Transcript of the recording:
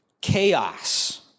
chaos